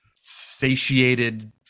satiated